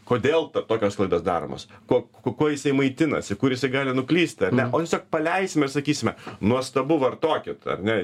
kodėl tokios klaidos daromos kuo k kuo jisai maitinasi kur jisai gali nuklyst ar ne o tiesiog paleisim ir sakysime nuostabu vartokit ar ne